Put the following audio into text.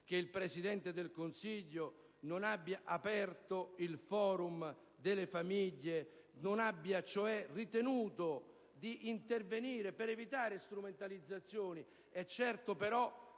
che il Presidente del Consiglio non abbia aperto il *Forum* delle famiglie e che abbia ritenuto di non intervenire per evitare strumentalizzazioni.